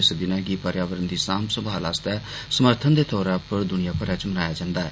इस दिनै गी पर्यावरण दी साम्भ सम्हाल आस्तै समर्थन दे तौर उप्पर द्रनिया भरै च मनाया जन्दा ऐ